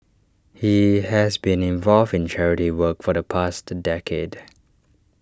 he has been involved in charity work for the past decade